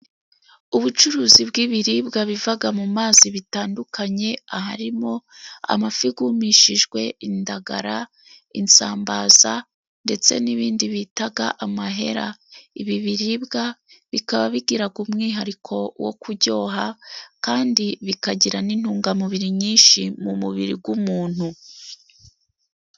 Ubucuruzi bw'ibiribwa biva mu mazi bitandukanye, harimo amafi yumishijwe, indagara, isambaza ndetse n'ibindi bita amahera. Ibi biribwa bikaba bigira umwihariko wo kuryoha, kandi bikagira n'intungamubiri nyinshi mu mubiri w'umuntu.